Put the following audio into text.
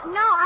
no